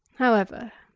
however,